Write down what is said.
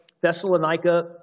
Thessalonica